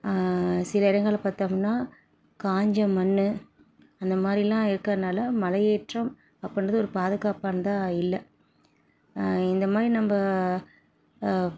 சில இடங்களில் பார்த்தோம்னா காஞ்ச மண் அந்த மாதிரிலாம் இருக்கிறனால மலை ஏற்றம் அப்புடின்றது ஒரு பாதுகாப்பானதாக இல்லை இந்த மாதிரி நம்ம